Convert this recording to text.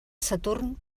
saturn